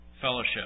fellowship